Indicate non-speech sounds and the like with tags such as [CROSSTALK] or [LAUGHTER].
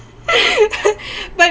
[LAUGHS] but